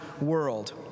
world